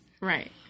Right